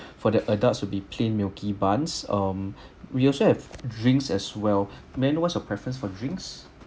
for the adults it'll be plain milky bun um we also have drinks as well may I know what's your preference for drinks